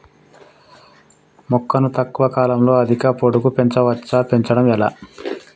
మొక్కను తక్కువ కాలంలో అధిక పొడుగు పెంచవచ్చా పెంచడం ఎలా?